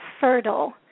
fertile